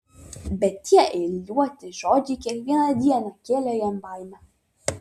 bet tie eiliuoti žodžiai kiekvieną dieną kėlė jam baimę